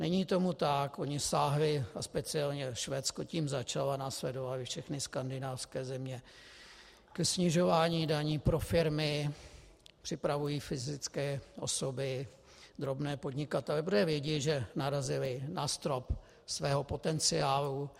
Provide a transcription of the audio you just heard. Není tomu tak, oni sáhli, a speciálně Švédsko tím začalo, následovaly všechny skandinávské země, ke snižování daní pro firmy, připravují fyzické osoby, drobné podnikatele, protože vědí, že narazili na strop svého potenciálu.